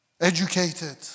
educated